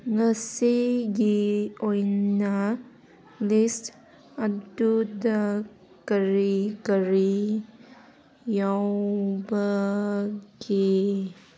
ꯉꯁꯤꯒꯤ ꯑꯣꯏꯅ ꯂꯤꯁ ꯑꯗꯨꯗ ꯀꯔꯤ ꯀꯔꯤ ꯌꯥꯎꯕꯒꯦ